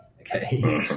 Okay